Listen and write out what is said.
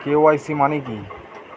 KYC মানে কি?